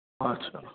अच्छा